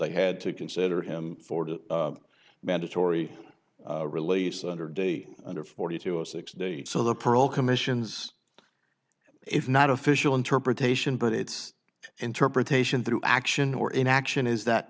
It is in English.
they had to consider him for the mandatory release under day under forty two a six day so the parole commissions if not official interpretation but it's interpretation through action or inaction is that